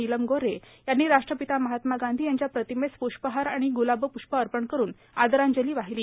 नीलम गोऱ्हे यांनी राष्ट्रपिता महात्मा गांधी यांच्या प्रतिमेस प्रष्पहार आणि गुलाबप्ष्प अर्पण करुन आदरांजली वाहिली